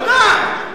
ודאי.